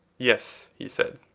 yes, he said.